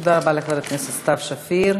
תודה רבה לחברת הכנסת סתיו שפיר.